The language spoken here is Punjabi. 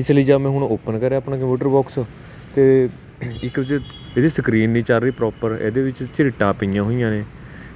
ਇਸ ਲਈ ਜਦ ਮੈਂ ਹੁਣ ਓਪਨ ਕਰਿਆ ਆਪਣੇ ਕੰਪਿਊਟਰ ਬਾਕਸ ਤਾਂ ਇੱਕ ਇਹਦੀ ਸਕਰੀਨ ਨਹੀਂ ਚੱਲ ਰਹੀ ਪ੍ਰੋਪਰ ਇਹਦੇ ਵਿੱਚ ਝਰੀਟਾਂ ਪਈਆਂ ਹੋਈਆਂ ਨੇ